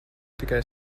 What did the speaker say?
tikai